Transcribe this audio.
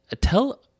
Tell